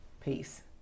peace